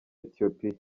ethiopia